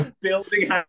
Building